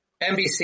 NBC